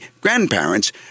grandparents